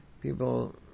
people